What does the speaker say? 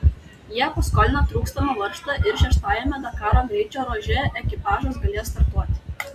jie paskolino trūkstamą varžtą ir šeštajame dakaro greičio ruože ekipažas galės startuoti